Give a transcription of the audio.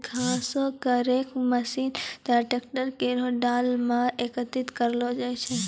घासो क रेक मसीन द्वारा ट्रैकर केरो डाला म एकत्रित करलो जाय छै